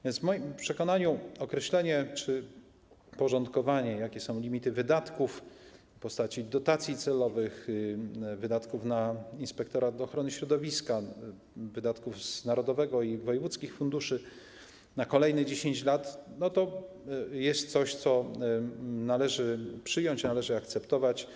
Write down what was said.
W moim przekonaniu określenie czy porządkowanie, jakie są limity wydatków w postaci dotacji celowych, wydatków na inspektorat ochrony środowiska, wydatków z narodowego funduszu i wojewódzkich funduszy na kolejne 10 lat, to jest coś, co należy przyjąć, należy akceptować.